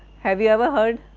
have you ever heard,